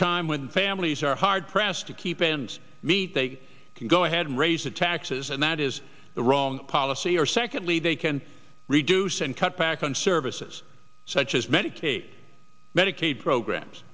time when families are hard pressed to keep ends meet they can go ahead and raise the taxes and that is the wrong policy or secondly they can reduce and cut back on services such as medicaid medicaid programs